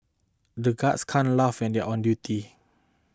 the guards can't laugh when they on duty